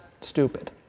stupid